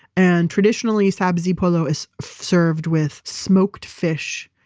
and traditionally sabzi polo is served with smoked fish,